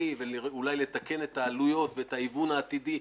ואולי לתקן את העלויות ואת ההיוון העתידי,